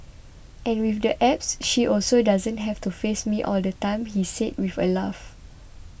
and with the Apps she also doesn't have to face me all the time he said with a laugh